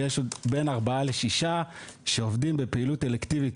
ויש בין ארבעה לשישה שעובדים בפעילות אלקטיבית